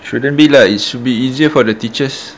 shouldn't be lah it should be easier for the teachers